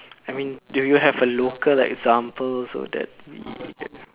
I mean do you have a local example so that we